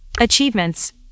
achievements